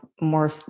more